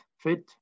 fit